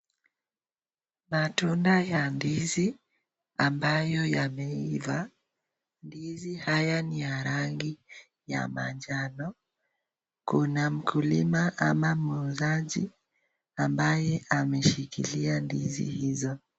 Matunda ya ndizi, ambayo yameiva, ndizi haya ni ya rangi ya manjano, kuna mkulima ama muuzaji ambaye ameshikilia ndizi hizo.